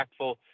impactful